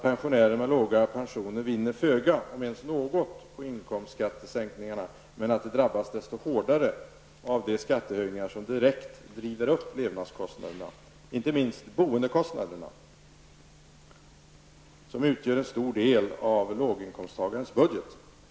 Pensionärer med låga pensioner vinner föga om ens något på inkomstskattesänkningarna, men de drabbas desto hårdare av de skattehöjningar som direkt driver upp levnadskostnaderna, inte minst boendekostnaderna, som utgör en stor del av låginkomsttagarnas budget.